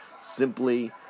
simply